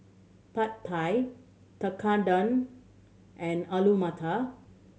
Pad Thai Tekkadon and Alu Matar